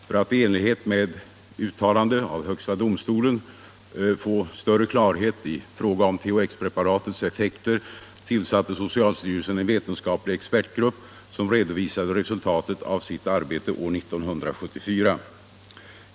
För att i enlighet med uttalande av högsta domstolen få större klarhet i fråga om THX-preparatets effekter tillsatte socialstyrelsen en vetenskaplig expertgrupp som redovisade resultatet av sitt arbete år 1974.